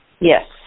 Yes